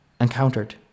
encountered